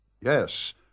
Yes